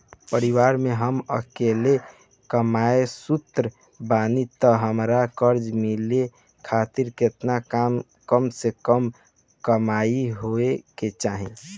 परिवार में हम अकेले कमासुत बानी त हमरा कर्जा मिले खातिर केतना कम से कम कमाई होए के चाही?